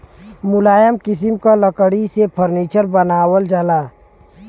मुलायम किसिम क लकड़ी से फर्नीचर बनावल जाला